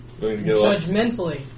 Judgmentally